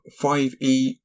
5e